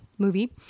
movie